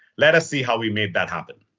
let us see how we made that happen.